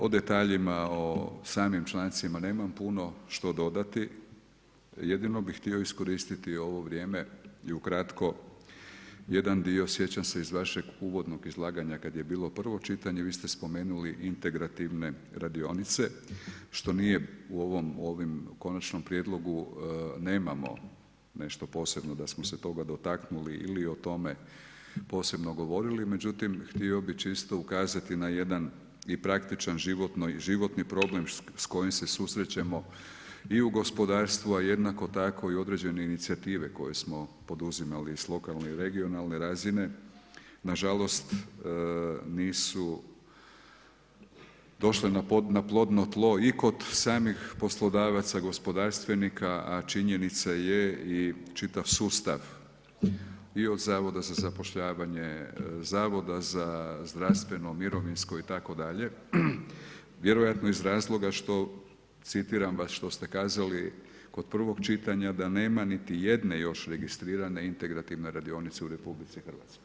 O detaljima, o samim člancima nemam puno što dodati, jedino bih htio iskoristiti ovo vrijeme i ukratko jedan dio, sjećam se iz vašeg uvodnog izlaganja kad je bilo prvo čitanje, vi ste spomenuli integrativne radionice, što nije u ovom konačnom prijedlogu nemamo nešto posebno da smo se toga dotaknuli ili o tome posebno govorili, međutim, htio bih čisto ukazati na jedan i praktičan životni problem s kojim se susrećemo i u gospodarstvu, a jednako tako i određene inicijative koje smo poduzimali s lokalne i regionalne razine, nažalost nisu došle na plodno tlo i kod samih poslodavaca, gospodarstvenika, a činjenica je i čitav sustav i od Zavoda za zapošljavanje, Zavoda za zdravstveno, mirovinsko itd. vjerojatno iz razloga što citiram vas što se kazali kod prvog čitanja, da nema niti jedne još registrirane integrativne radionice u RH.